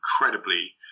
incredibly